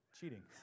cheating